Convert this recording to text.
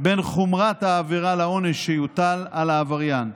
בין חומרת העבירה לעונש שיוטל על העבריין.